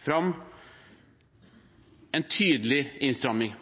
fram en tydelig innstramming.